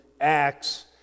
acts